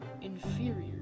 inferior